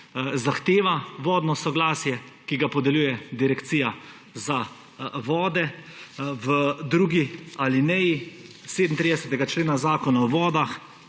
zahteva vodno soglasje, ki ga podeljuje Direkcija za vode, v drugi alineji 37. člena Zakona o vodah